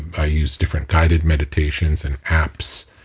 i use different guided meditations and apps,